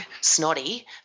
snotty